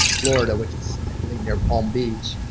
florida, which is i believe near palm beach,